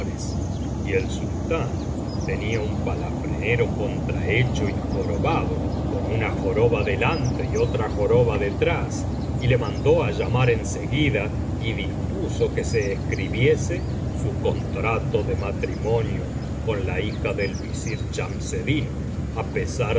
y el sultán tenía un palafrenero contrahecho y jorobado con una joroba delante y otra joroba detrás y le mandó llamar en seguida y dispuso que se escribiese su contrato de matrimonio con la hija del visir chamseddin á pesar